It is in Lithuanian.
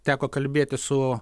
teko kalbėtis su